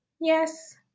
Yes